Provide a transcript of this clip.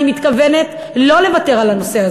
אני מתכוונת לא לוותר על הנושא,